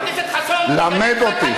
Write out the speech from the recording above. אבל, חבר הכנסת חסון, למד אותי.